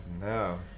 No